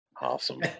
Awesome